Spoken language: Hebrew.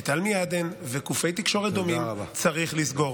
את אל-מיאדין וגופי תקשורת דומים צריך לסגור.